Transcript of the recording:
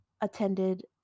attended